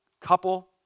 couple